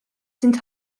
sind